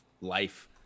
life